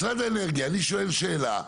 משרד האנרגיה, אני שואל שאלה.